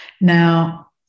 Now